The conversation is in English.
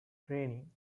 training